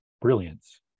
brilliance